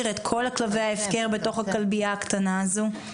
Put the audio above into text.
את כלבי ההפקר בתוך הכלבייה הקטנה הזו?